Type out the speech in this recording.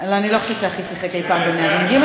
אני לא חושבת שאחי שיחק אי-פעם בנערים ג'.